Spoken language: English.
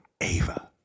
Ava